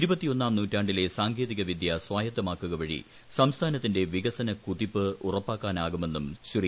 ഇരുപത്തിയൊന്നാം നൂറ്റാണ്ടിലെ സാങ്കേതിക വിദ്യ സ്വായത്തമാക്കുക വഴി സംസ്ഥാനത്തിന്റെ വികസന കുതിപ്പ് ഉറപ്പാക്കാനാകുമെന്നും ശ്രീ